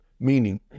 meaning